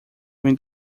vem